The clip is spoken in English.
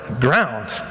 ground